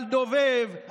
על דובב,